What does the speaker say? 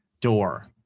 door